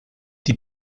die